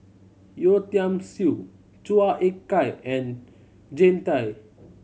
Yeo Tiam Siew Chua Ek Kay and Jean Tay